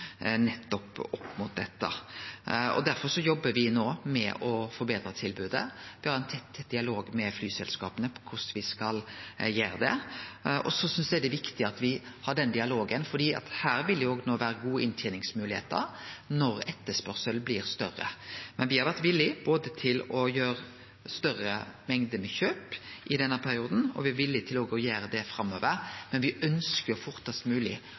opp mot dette. Derfor jobbar me no med å forbetre tilbodet. Me har en tett dialog med flyselskapa for korleis me skal gjere det. Så synest eg det er viktig at me har den dialogen, for her vil det jo òg no vere gode innteningsmoglegheiter når etterspørselen blir større. Me har vore villige til å gjere ein større mengde kjøp i denne perioden, og me er òg villige til å gjere det framover, men me ønskjer fortast mogleg å